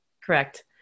Correct